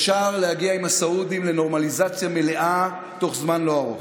אפשר להגיע עם הסעודים לנורמליזציה מלאה בתוך זמן לא ארוך.